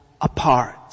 apart